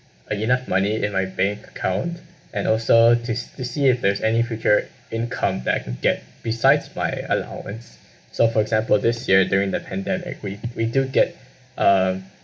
uh enough money in my bank account and also to to see if there's any future income that I can get besides my allowance so for example this year during the pandemic we we do get um